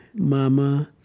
mama,